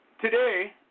today